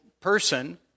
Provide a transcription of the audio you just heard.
person